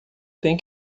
tem